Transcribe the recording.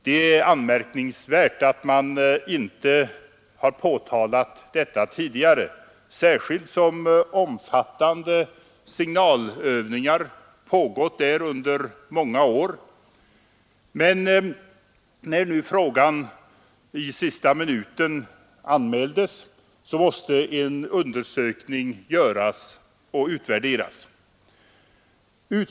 Det är anmärkningsvärt att man inte har påtalat detta tidigare, särskilt som omfattande signalövningar har pågått där under många år, men när nu frågan i sista minuten anmäldes måste en undersökning göras och en utvärdering verkställas.